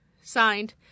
Signed